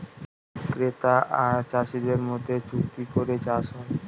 ক্রেতা আর চাষীদের মধ্যে চুক্তি করে চাষ হয়